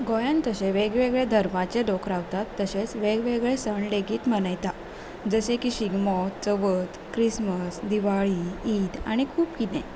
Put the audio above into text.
गोंयान तशे वेगवेगळे धर्माचे लोक रावतात तशेंच वेगवेगळे सण लेगीत मनयतात जशें की शिगमो चवथ क्रिसमस दिवाळी ईद आनी खूब किदें